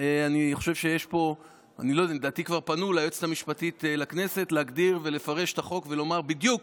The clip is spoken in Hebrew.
לדעתי כבר פנו ליועצת המשפטית לכנסת להגדיר ולפרש את החוק ולומר בדיוק